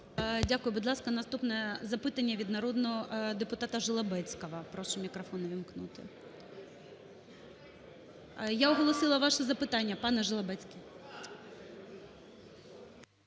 Дякую. Будь ласка, наступне запитання від народного депутатаЖолобецького. Прошу мікрофон увімкнути. Я оголосила ваше запитання, пане Жолобецький.